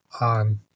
on